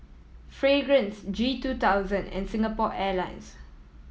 Fragrance G two thousand and Singapore Airlines